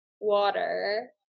water